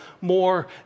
more